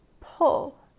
pull